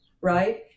right